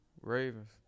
Ravens